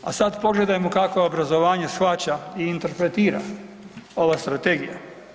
A sad pogledajmo kako obrazovanje shvaća i interpretira ova strategija.